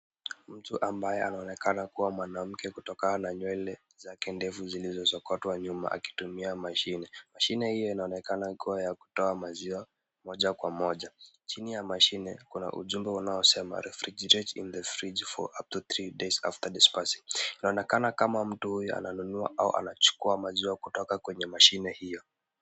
Mtu ambaye ana onekana kuwa mwanamke kutokana na nywele za kende mjini zozokotwa nyuma akitumia mashine. Mashine hiyo inaonekana kuwa ya kutoa maziwa moja kwa moja. Chini ya mashine kuna ujumbe unaosema Refrigerate in the fridge for up to 3 days after disposing . Inaonekana kama mtu ananunua au anachukua maziwa kutoka kwenye mashine hiyo.